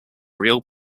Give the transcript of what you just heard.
real